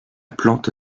plante